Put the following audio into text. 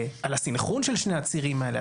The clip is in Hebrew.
על הסנכרון של שני הצירים האלה,